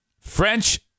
French